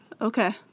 Okay